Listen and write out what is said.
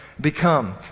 become